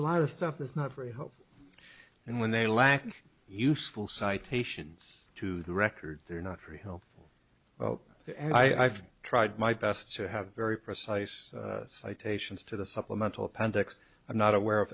a lot of stuff is not very hopeful and when they lack useful citations to the record they're not very helpful and i've tried my best to have very precise citations to the supplemental appendix i'm not aware of